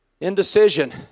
Indecision